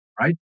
right